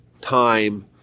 time